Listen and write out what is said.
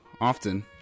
Often